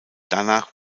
danach